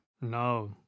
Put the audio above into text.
No